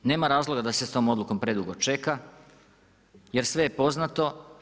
Nema razloga da se s tom odlukom predugo čeka jer sve je poznato.